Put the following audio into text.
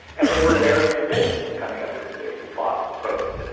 and they were very committed to coming up with new ways to block voting.